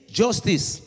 justice